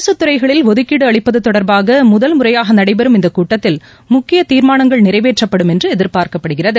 அரசுத் துறைகளில் ஒதுக்கீடுஅளிப்பதுதொடர்பாகமுதல் முறையாகநடைபெறும் இந்தக் கூட்டத்தில் முக்கியத் தீர்மானங்கள் நிறைவேற்றப்படும் என்றுஎதிர்பார்க்கப்படுகிறது